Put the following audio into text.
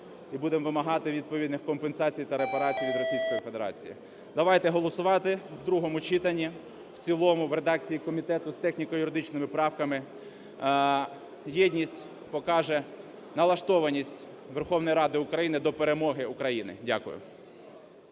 і будемо вимагати відповідних компенсацій та репарацій від Російської Федерації. Давайте голосувати в другому читанні, в цілому в редакції комітету з техніко-юридичними правками. Єдність покаже налаштованість Верховної Ради України до перемоги України. Дякую.